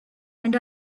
and